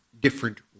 different